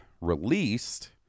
released